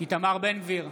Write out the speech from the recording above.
איתמר בן גביר,